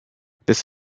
this